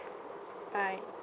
bye